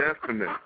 Definite